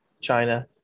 china